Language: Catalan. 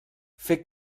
fer